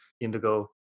Indigo